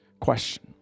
question